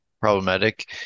problematic